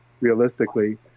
realistically